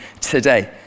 today